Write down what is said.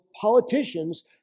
politicians